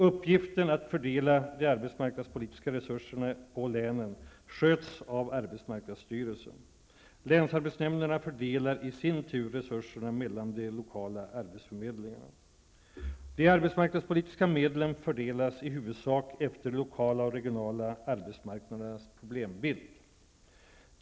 Uppgiften att fördela de arbetsmarknadspolitiska resurserna på länen sköts av arbetsmarknadsstyrelsen. Länsarbetsnämnderna fördelar i sin tur resurserna mellan de lokala arbetsförmedlingarna. De arbetsmarknadspolitiska medlen fördelas i huvudsak efter de lokala och regionala arbetsmarknadernas problembild.